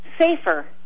safer